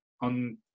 on